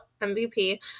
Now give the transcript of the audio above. MVP